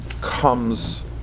comes